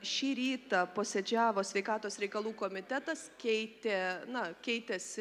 šį rytą posėdžiavo sveikatos reikalų komitetas keitė na keitėsi